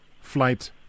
flight